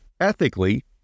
ethically